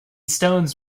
stones